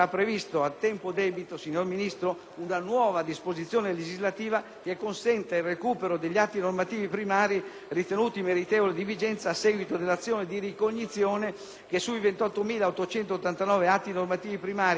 che consenta il recupero degli atti normativi primari ritenuti meritevoli di vigenza a seguito dell'azione di ricognizione che sui 28.889 atti normativi primari abrogati con la presente legge sarà effettuata dai singoli Ministeri.